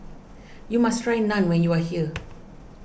you must try Naan when you are here